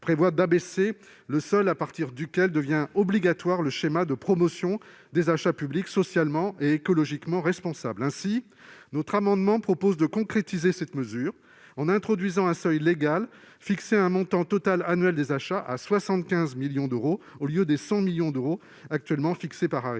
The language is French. -prévoit d'abaisser le seuil à partir duquel devient obligatoire le schéma de promotion des achats publics socialement et écologiquement responsables. Ainsi, notre amendement tend à concrétiser cette mesure en introduisant un seuil légal fixé à un montant total annuel des achats à 75 millions d'euros, au lieu des 100 millions d'euros actuellement fixés par